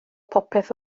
popeth